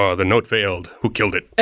ah the node failed. who killed it?